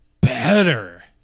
better